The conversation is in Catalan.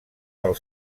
del